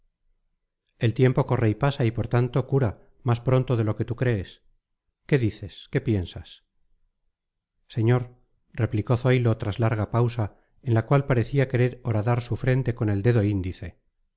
el tiempo corre y pasa y por tanto cura más pronto de lo que tú crees qué dices qué piensas señor replicó zoilo tras larga pausa en la cual parecía querer horadar su frente con el dedo índice